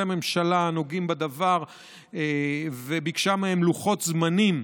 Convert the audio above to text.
הממשלה הנוגעים בדבר וביקשה מהם לוחות זמנים,